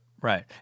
Right